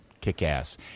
Kick-ass